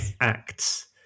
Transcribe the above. acts